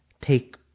take